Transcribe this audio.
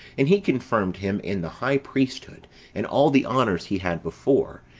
and he confirmed him in the high priesthood and all the honours he had before,